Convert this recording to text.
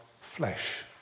flesh